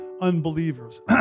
unbelievers